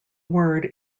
word